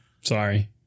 sorry